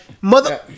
Mother